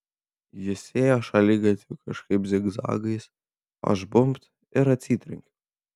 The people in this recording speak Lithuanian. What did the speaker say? jis ėjo šaligatviu kažkaip zigzagais aš bumbt ir atsitrenkiau